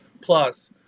plus